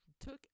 took